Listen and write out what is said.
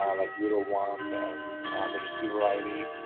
yeah like zero, one, and the receiver id,